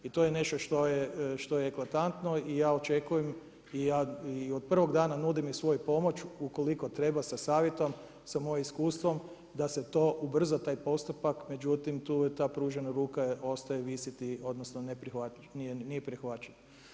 I to je nešto što je … i ja očekujem i ja od prvog dana nudim i svoju pomoć ukoliko treba, sa savjetom, sa mojim iskustvom, da se to ubrza taj postupak, međutim, tu je ta pružena ruka ostaje visiti, odnosno, nije prihvaćena.